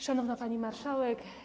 Szanowna Pani Marszałek!